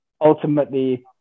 ultimately